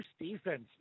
defense